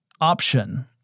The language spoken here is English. option